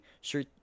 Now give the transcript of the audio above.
sure